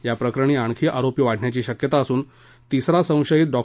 या प्रकरणी आणखी आरोपी वाढण्याची शक्यता असून तिसरा संशयित डॉ